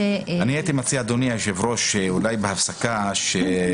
(היו"ר גלעד קריב) אני הייתי מציע אדוני היושב ראש שאולי בהפסקה נראה.